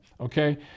okay